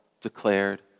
declared